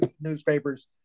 newspapers